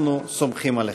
אנחנו סומכים עליכם.